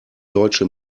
deutsche